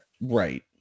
right